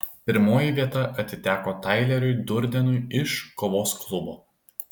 pirmoji vieta atiteko taileriui durdenui iš kovos klubo